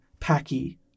Paki